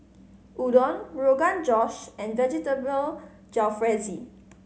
Udon Rogan Josh and Vegetable Jalfrezi